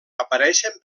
apareixen